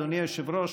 אדוני היושב-ראש,